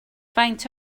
faint